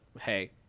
hey